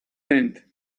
tent